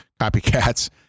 copycats